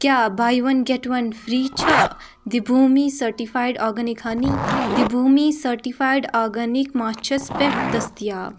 کیٛاہ buy one get one free چھا دِبھوٗمی سٔٹِفایڈ آگٔنِک ۂنی دِبھوٗمی سٔٹِفایڈ آگٔنِک ماچھَس پٮ۪ٹھ دٔستِیاب